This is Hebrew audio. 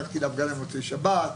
הלכתי להפגנה במוצאי שבת,